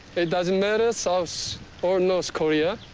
it doesn't matter south or north korea.